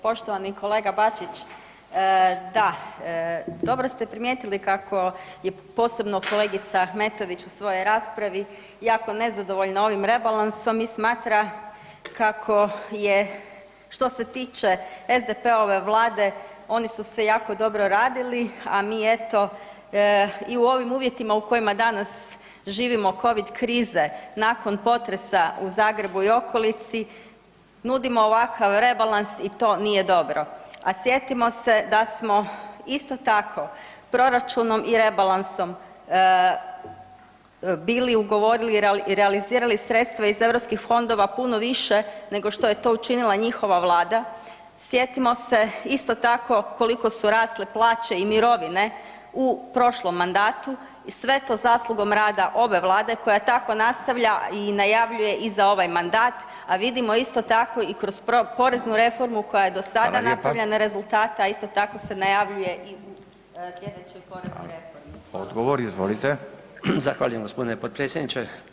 Poštovani kolega Bačić, da dobro ste primijetili kako je posebno kolegica Ahmetović u svoj raspravi jako nezadovoljna ovim rebalansom i smatra kako je što se tiče SDP-ove vlade oni su se jako dobro radili, a mi eto i u ovim uvjetima u kojima danas živimo, Covid krize nakon potresa u Zagrebu i okolici nudimo ovakav rebalans i to nije dobro, a sjetimo se da smo isto tako proračunom i rebalansom bili ugovorili i realizirali sredstva i europskih fondova puno više nego što je to učinila njihova vlada, sjetimo se isto tako koliko su rasle plaće i mirovine u prošlom mandatu i sve to zaslugom rada ove Vlade koja tako nastavlja i najavljuje i za ovaj mandat, a vidimo isto tako i kroz poreznu reformu koja je do sada napravljena rezultate, a isto tako se najavljuje i u sljedećoj poreznoj reformi.